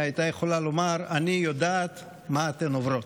אולי היא הייתה יכולה לומר: אני יודעת מה אתן עוברות.